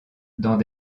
dans